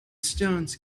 stones